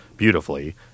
beautifully